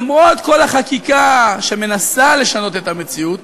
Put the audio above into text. למרות כל החקיקה שמנסה לשנות את המציאות,